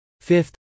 Fifth